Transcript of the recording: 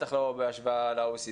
בטח לא בהשוואה ל-OECD.